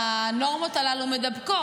הנורמות הללו מידבקות,